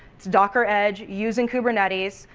docker edge, using kubernetes,